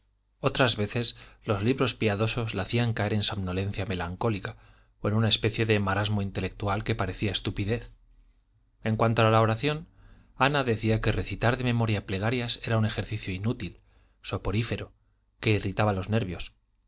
otras veces los libros piadosos la hacían caer en somnolencia melancólica o en una especie de marasmo intelectual que parecía estupidez en cuanto a la oración ana decía que recitar de memoria plegarias era un ejercicio inútil soporífero que irritaba los nervios